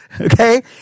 Okay